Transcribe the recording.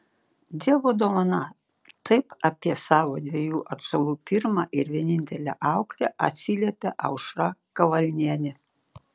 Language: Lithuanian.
dievo dovana taip apie savo dviejų atžalų pirmą ir vienintelę auklę atsiliepia aušra kavalnienė